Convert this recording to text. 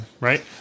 right